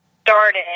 started